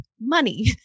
money